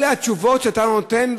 אלה התשובות שאתה נותן?